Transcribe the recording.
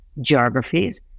geographies